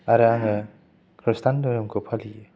आरो आङो खृस्टान धोरोमखौ फालियो